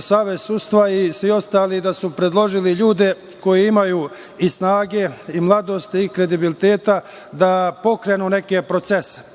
savet sudstva i svi ostali da su predložili ljude koji imaju i snage i mladosti i kredibiliteta da pokrenu neke procese. Naravno,